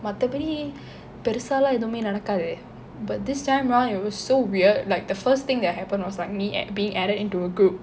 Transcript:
மத்தபடி பெருசா எல்லாம் ஏதும் நடக்காது:matthapadi perusa ellam yethume nadakkathu but this time round it was so weird like the first thing that happened was like me being added into a group